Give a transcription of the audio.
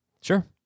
Sure